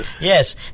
yes